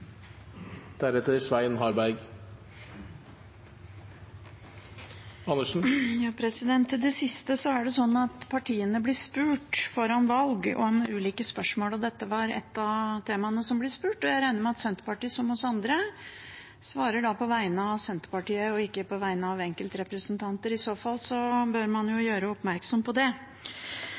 sånn at partiene foran valg blir stilt ulike spørsmål. Dette var ett av temaene det ble spurt om, og jeg regner med at Senterpartiet – som vi andre – svarer på vegne av Senterpartiet og ikke på vegne av enkeltrepresentanter, i så fall bør man gjøre oppmerksom på det.